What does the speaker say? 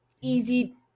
easy